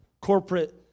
corporate